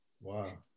Wow